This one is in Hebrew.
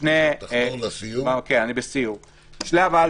בשלב א',